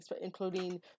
including